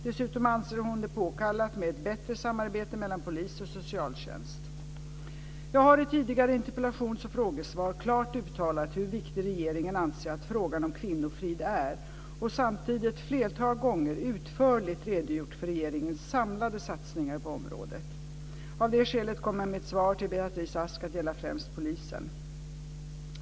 Dessutom anser hon det påkallat med ett bättre samarbete mellan polis och socialtjänst. Jag har i tidigare interpellations och frågesvar klart uttalat hur viktig regeringen anser att frågan om kvinnofrid är och samtidigt ett flertal gånger utförligt redogjort för regeringens samlade satsningar på området. Av det skälet kommer mitt svar till Beatrice Ask att gälla främst polisen.